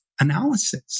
analysis